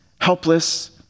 helpless